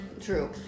True